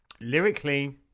Lyrically